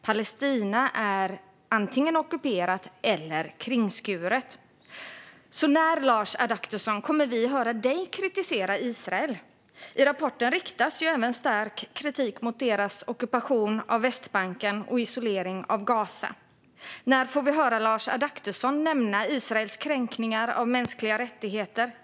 Palestina är antingen ockuperat eller kringskuret. När, Lars Adaktusson, kommer vi att höra dig kritisera Israel? I rapporten riktas även stark kritik mot deras ockupation av Västbanken och isolering av Gaza. När får vi höra Lars Adaktusson nämna Israels kränkningar av mänskliga rättigheter?